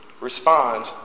respond